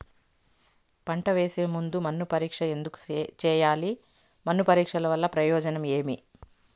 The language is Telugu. పంట వేసే ముందు మన్ను పరీక్ష ఎందుకు చేయాలి? మన్ను పరీక్ష వల్ల ప్రయోజనం ఏమి?